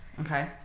Okay